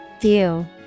View